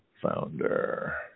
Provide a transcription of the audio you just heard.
founder